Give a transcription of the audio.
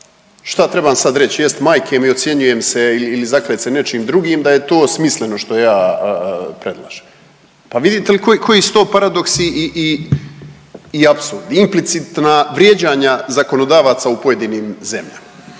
Šta trebam sad reć, jeste, majke mi, ocjenjujem se ili zaklet se nečim drugim da je to smisleno što ja predlažem. Pa vidite li koji su to paradoksi i apsurdi. Implicitna vrijeđanja zakonodavaca u pojedinim zemljama.